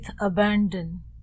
abandon